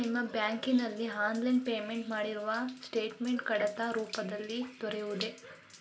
ನಿಮ್ಮ ಬ್ಯಾಂಕಿನಲ್ಲಿ online payment ಮಾಡಿರುವ ಸ್ಟೇಟ್ಮೆಂಟ್ ಕಡತ ರೂಪದಲ್ಲಿ ದೊರೆಯುವುದೇ?